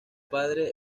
padre